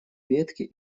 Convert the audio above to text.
ветки